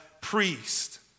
priest